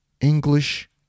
English